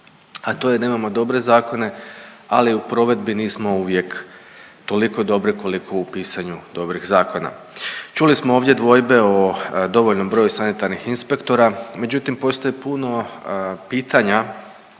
a to je da imamo dobre zakone ali u provedbi nismo uvijek toliko dobri koliko u pisanju dobrih zakonu. Čuli smo ovdje dvojbe o dovoljno broju sanitarnih inspektora međutim postoji puno pitanja